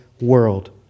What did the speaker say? world